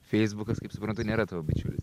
feisbukas kaip suprantu nėra tavo bičiulis